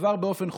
עבר באופן חופשי.